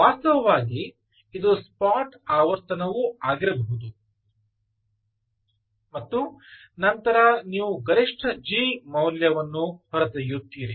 ವಾಸ್ತವವಾಗಿ ಇದು ಸ್ಪಾಟ್ ಆವರ್ತನವೂ ಆಗಿರಬಹುದು ಮತ್ತು ನಂತರ ನೀವು ಗರಿಷ್ಠ G ಮೌಲ್ಯವನ್ನು ಹೊರತೆಗೆಯುತ್ತೀರಿ